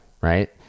Right